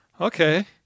okay